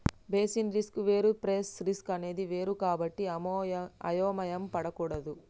basis risk వేరు price risk అనేది వేరు కాబట్టి అయోమయం పడకూడదు